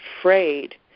afraid